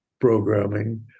programming